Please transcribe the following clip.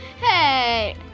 Hey